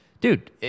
Dude